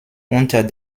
unter